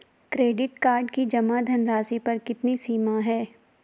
Credit card की जमा धनराशि पर कितनी सीमा है?